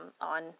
on